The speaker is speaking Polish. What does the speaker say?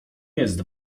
jest